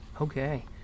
Okay